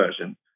version